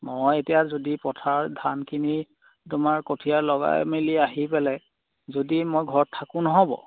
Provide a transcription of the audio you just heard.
মই এতিয়া যদি পথাৰত ধানখিনি তোমাৰ কঠীয়া লগাই মেলি আহি পেলাই যদি মই ঘৰত থাকো নহ'ব